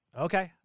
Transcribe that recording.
Okay